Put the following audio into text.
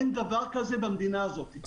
אין דבר כזה במדינה הזאת.